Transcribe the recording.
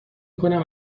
کنم